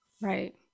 Right